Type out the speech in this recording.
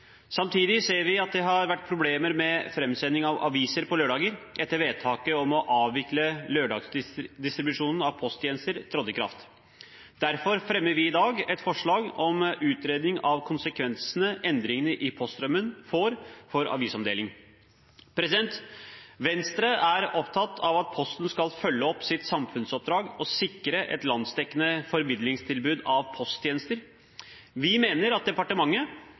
Samtidig ser vi at det har vært problemer med framsending av aviser på lørdager etter at vedtaket om å avvikle lørdagsdistribusjonen av posttjenester trådte i kraft. Derfor fremmer vi i dag et forslag om utredning av konsekvensene endringene i poststrømmen får for avisomdeling. Venstre er opptatt av at Posten skal følge opp sitt samfunnsoppdrag og sikre et landsdekkende formidlingstilbud av posttjenester. Vi mener at departementet